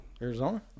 Arizona